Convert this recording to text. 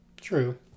True